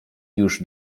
już